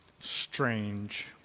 strange